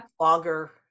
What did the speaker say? Longer